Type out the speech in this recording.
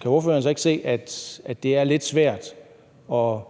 kan ordføreren så ikke se, at det er lidt svært for hønen